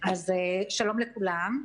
שלום לכולם.